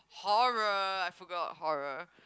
horror I forgot horror